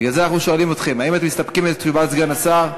לכן אנחנו שואלים אתכם: האם אתם מסתפקים בתשובת סגן השר?